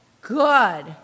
good